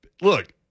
Look